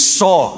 saw